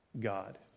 God